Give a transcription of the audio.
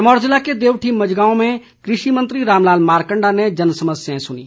सिरमौर जिले के देवठी मझगांव में कृषि मंत्री रामलाल मारकण्डा ने जनसमस्याएं सुनीं